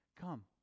come